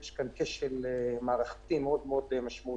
יש כאן כשל מערכתי מאוד מאוד משמעותי,